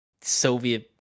Soviet